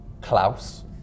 Klaus